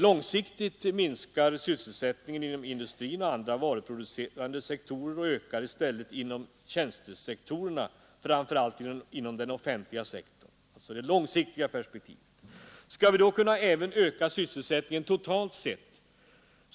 Långsiktigt minskar sysselsättningen inom industrin och andra varuproducerande sektorer och ökar i stället inom tjänstesektorerna, framför allt inom den offentliga sektorn. Om vi då skall kunna öka även sysselsättningen totalt sett,